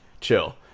chill